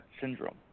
syndrome